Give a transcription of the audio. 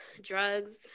drugs